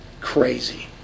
crazy